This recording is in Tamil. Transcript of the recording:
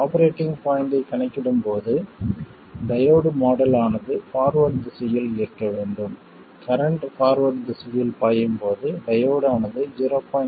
ஆபரேட்டிங் பாய்ண்ட்டைக் கணக்கிடும் போது டையோடு மாடல் ஆனது பார்வேர்ட் திசையில் இருக்க வேண்டும் கரண்ட் பார்வேர்ட் திசையில் பாயும் போது டையோடு ஆனது 0